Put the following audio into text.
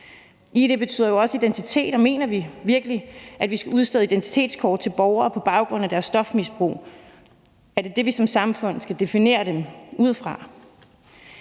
Id betyder jo også identitet, og mener vi virkelig, at vi skal udstede et identitetskort til borgere på baggrund af deres stofmisbrug? Er det det, vi som samfund skal definere dem ud fra?